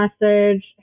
message